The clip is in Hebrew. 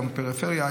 גם בפריפריה.